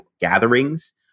gatherings